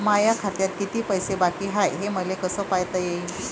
माया खात्यात किती पैसे बाकी हाय, हे मले कस पायता येईन?